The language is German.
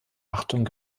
achtung